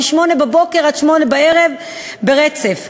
מ-08:00 עד 20:00 ברצף,